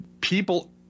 people